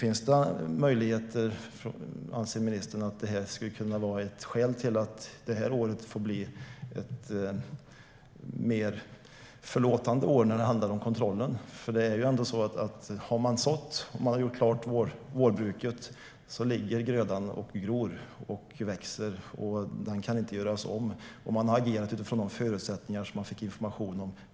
Anser ministern att det skulle kunna vara ett skäl till att det här året får bli ett mer förlåtande år när det handlar om kontrollen? När man har sått och gjort klart vårbruket ligger grödan och gror och kan inte göras om, och man har agerat utifrån de förutsättningar som man fått information om.